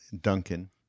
Duncan